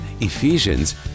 Ephesians